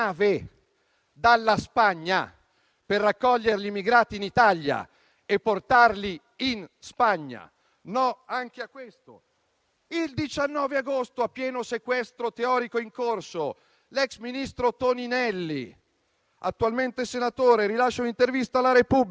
«I migranti li portiamo in Spagna con la Guardia costiera». No anche a questo. Era evidente il fatto che si trattava non di un naufragio, ma di una voluta invasione di campo e di una voluta violazione della legge.